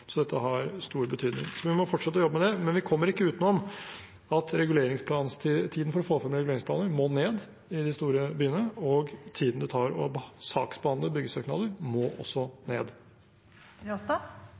så dette har stor betydning. Vi må fortsette å jobbe med det, men vi kommer ikke utenom at tiden for å få frem reguleringsplaner, må ned i de store byene, og tiden det tar å saksbehandle byggesøknader, må